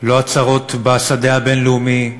לא הצרות בשדה הבין-לאומי,